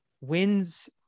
wins